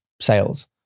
sales